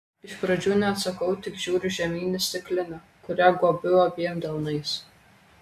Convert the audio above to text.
iš pradžių neatsakau tik žiūriu žemyn į stiklinę kurią gobiu abiem delnais